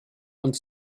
und